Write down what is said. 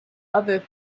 other